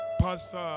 Pastor